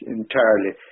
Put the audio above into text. entirely